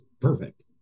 perfect